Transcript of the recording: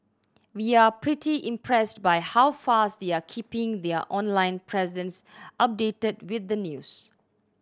we're pretty impressed by how fast they're keeping their online presence updated with the news